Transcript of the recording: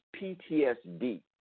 PTSD